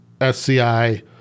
SCI